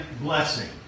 blessing